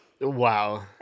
Wow